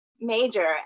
major